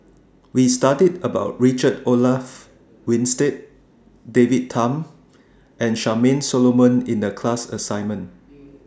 We studied about Richard Olaf Winstedt David Tham and Charmaine Solomon in The class assignment